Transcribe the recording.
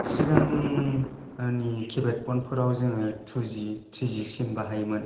सिगांनि किपेद फन फोराव जोङो तुजि थ्रिजि सिम बाहायोमोन